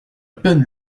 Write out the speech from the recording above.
peine